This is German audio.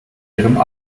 ihrem